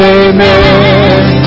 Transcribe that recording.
amen